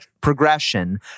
progression